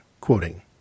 Quoting